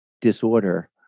disorder